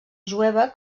jueva